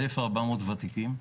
1,400 ותיקים,